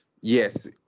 yes